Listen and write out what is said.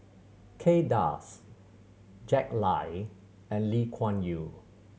Kay Das Jack Lai and Lee Kuan Yew